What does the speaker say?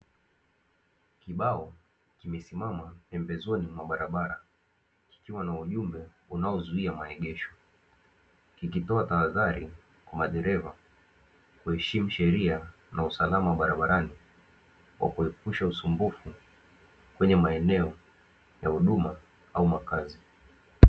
Kibao kimesimama pembezoni mwa barabara kikiwa na ujumbe unaozuia maegesho, kikitoa tahadhari kwa madereva kuheshimu sheria na usalama barabarani kwa kuepusha usumbufu kwenye maeneo ya huduma au makazi.